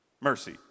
Mercy